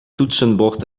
toetsenbord